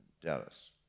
Dallas